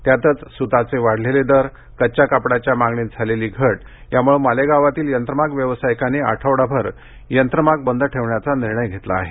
त्यातच सुताचे वाढलेले दर कच्च्या कापडाच्या मागणीत झालेली घट यामुळे मालेगावातील यंत्रमाग व्यावसायिकांनी आठवडाभर यंत्रमाग बंद ठेवण्याचा निर्णय घेतला आहे